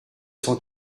cent